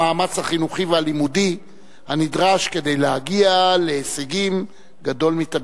המאמץ החינוכי והלימודי הנדרש כדי להגיע להישגים גדול מתמיד.